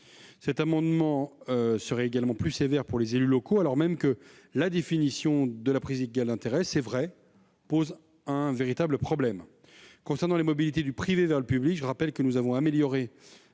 Cet amendement serait également plus sévère pour les élus locaux, alors même que la définition de la prise illégale d'intérêts pose un véritable problème. En ce qui concerne les mobilités du privé vers le public, je rappelle que nous avons amélioré,